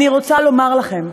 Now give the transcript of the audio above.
אני רוצה לומר לכם,